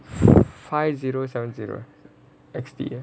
five zero seven zero X_D